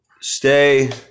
stay